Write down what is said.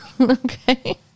Okay